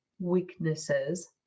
weaknesses